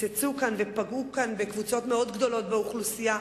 קיצצו כאן ופגעו בקבוצות גדולות מאוד באוכלוסייה.